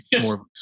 more